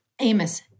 Amos